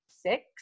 six